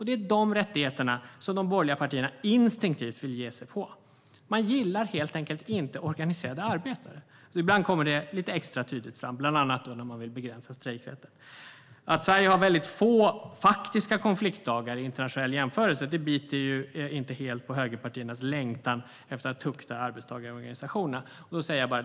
Det är de rättigheterna som de borgerliga partierna instinktivt vill ge sig på. Man gillar helt enkelt inte organiserade arbetare. Ibland kommer detta fram extra tydligt, bland annat när man vill begränsa strejkrätten. Att Sverige har väldigt få faktiska konfliktdagar i internationell jämförelse biter inte helt på högerpartiernas längtan efter att tukta arbetstagarorganisationerna.